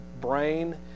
brain